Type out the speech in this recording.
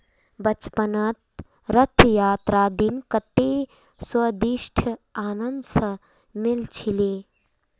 बचपनत रथ यात्रार दिन कत्ते स्वदिष्ट अनन्नास मिल छिले